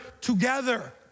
together